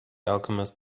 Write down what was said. alchemist